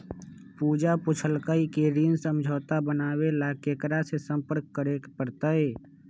पूजा पूछल कई की ऋण समझौता बनावे ला केकरा से संपर्क करे पर तय?